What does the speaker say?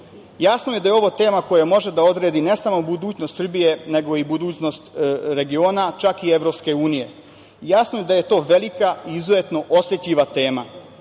je da je ovo tema koja može da odredi ne samo budućnost Srbije, nego i budućnost regiona, čak i EU. Jasno je da je to velika i izuzetno osetljiva